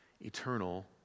eternal